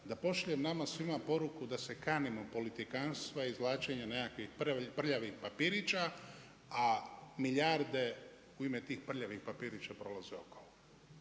da pošaljem nama svima poruku, da se kanimo politikantstva i izvlačenje nekakvih prljavih papirića, a milijarde u ime tih prljavih papirića prolaze okolo.